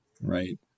Right